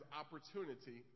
opportunity